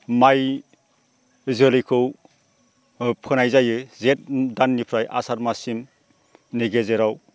माइ जोलैखौ फोनाय जायो जेठ दाननिफ्राय आसार माससिमनि गेजेराव